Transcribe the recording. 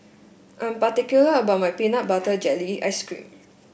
I'm particular about my Peanut Butter Jelly Ice cream